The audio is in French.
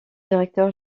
directeur